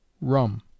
rum